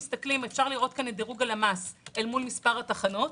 אפשר לראות כאן את דירוג הלמ"ס אל מול מספר התחנות.